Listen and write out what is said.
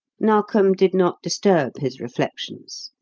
narkom did not disturb his reflections.